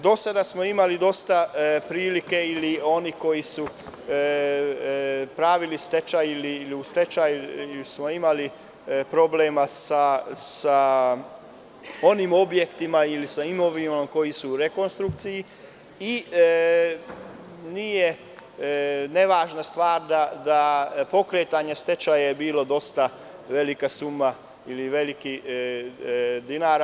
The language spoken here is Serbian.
Do sada smo imali dosta prilike ili onih koji su pravili stečaj, u stečaju smo imali problema sa onim objektima ili sa imovinom koji su u rekonstrukciji i nije nevažna stvar da pokretanje stečaja je bilo dosta velika suma ili puno dinara.